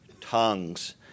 tongues